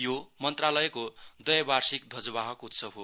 यो मन्त्रालयको दुईवार्षिक ध्वजवाहक उत्सव हो